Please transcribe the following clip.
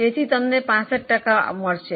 તેથી તમને 65 ટકા મળશે